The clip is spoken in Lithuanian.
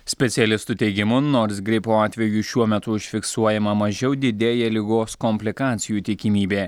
specialistų teigimu nors gripo atvejų šiuo metu užfiksuojama mažiau didėja ligos komplikacijų tikimybė